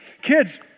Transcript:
kids